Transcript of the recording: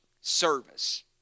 service